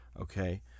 Okay